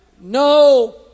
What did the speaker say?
no